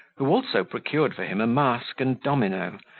who also procured for him a mask and domino,